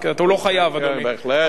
בהחלט, בהחלט.